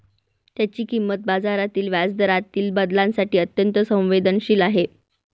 त्याची किंमत बाजारातील व्याजदरातील बदलांसाठी अत्यंत संवेदनशील आहे